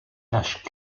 taches